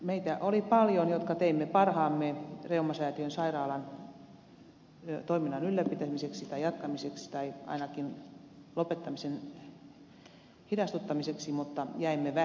meitä oli paljon jotka teimme parhaamme reumasäätiön sairaalan toiminnan ylläpitämiseksi tai jatkamiseksi tai ainakin lopettamisen hidastamiseksi mutta jäimme vähemmistöön